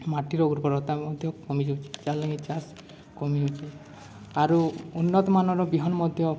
ମାଟିର ଉର୍ବରତା ମଧ୍ୟ କମିଯାଉଛି ଚାଷ କମିଯାଉଛି ଆରୁ ଉନ୍ନତମାନର ବିହନ ମଧ୍ୟ